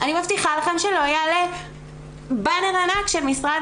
אני מבטיחה לכם שלא יעלה באנר ענק של משרד